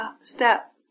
step